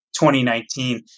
2019